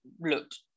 looked